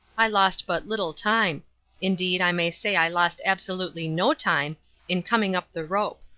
i lost but little time indeed, i may say i lost absolutely no time in coming up the rope.